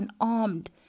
unarmed